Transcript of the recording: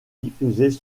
diffusées